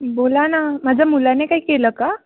बोला ना माझ्या मुलाने काही केलं का